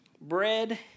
bread